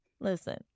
Listen